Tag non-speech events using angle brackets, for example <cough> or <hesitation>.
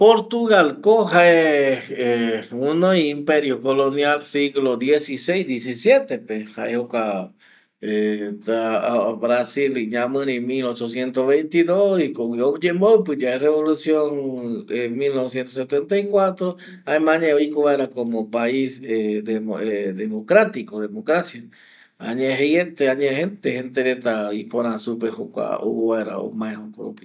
Portugalko jae <hesitation> guinoi imperio colonial siglo diesiseis, diesisietepe jae jokua <hesitation> Brasil iñamiri mil ochociento veinti dos jokogui oyemboipe yae revolucion <hesitation> mil noveciento setenta y cuatro jaema añae oiko vaera komo pais <hesitation> democratico, democracia, añae jeiete añae jeiete gente reta ipôra supe jokua ouvaera omae joko ropino